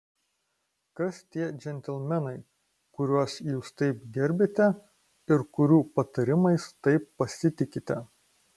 kas tie džentelmenai kuriuos jūs taip gerbiate ir kurių patarimais taip pasitikite